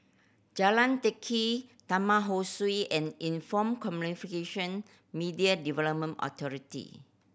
Jalan Teck Kee Taman Ho Swee and Info Media Development Authority